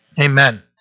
Amen